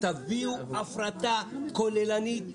תביאו הפרטה כוללנית מושלמת.